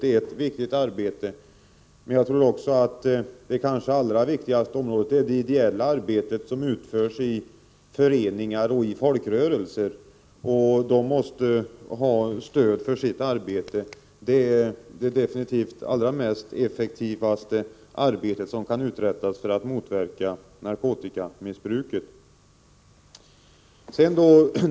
Det är ett viktigt område, men jag tror att det kanske allra viktigaste är det ideella arbete som utförs i föreningar och folkrörelser. De måste ha stöd för sitt arbete. Det är definitivt det effektivaste arbete som kan uträttas för att motverka narkotikamissbruket.